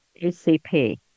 ACP